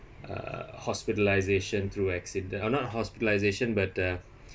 uh hospitalisation through accident oo not hospitalisation but uh